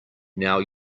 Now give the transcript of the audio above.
now